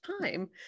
time